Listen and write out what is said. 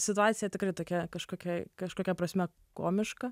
situacija tikrai tokia kažkokia kažkokia prasme komiška